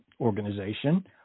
organization